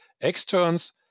externs